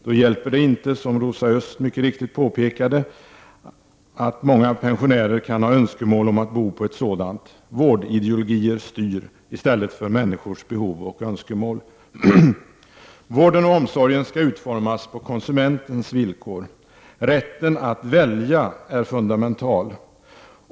Då hjälper det inte, som Rosa Östh mycket riktigt påpekade, att många pensionärer kan ha önskemål om att bo på ett sådant. Vårdideologier styr i stället för människors behov och önskemål. Vården och omsorgen skall utformas på konsumentens villkor. Rätten att välja är fundamental.